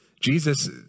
Jesus